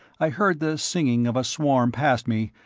i heard the singing of a swarm past me,